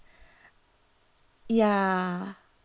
ya